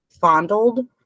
fondled